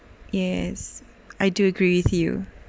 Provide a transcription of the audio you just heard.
yes I do agree with you